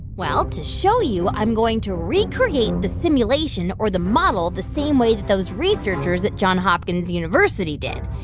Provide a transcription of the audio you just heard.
well, to show you, i'm going to recreate the simulation or the model the same way that those researchers at johns hopkins university did.